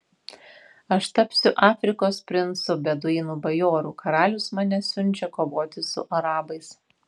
aš tapsiu afrikos princu beduinų bajoru karalius mane siunčia kovoti su arabais